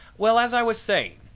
well, as i was saying,